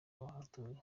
abahatuye